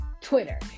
twitter